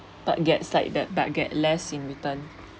but gets like that but get less in return